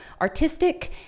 artistic